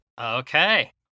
Okay